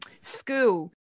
school